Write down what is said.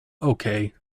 okay